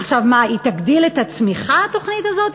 עכשיו מה, היא תגדיל את הצמיחה, התוכנית הזאת?